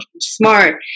smart